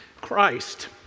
Christ